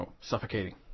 suffocating